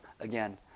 again